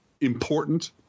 important